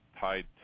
tied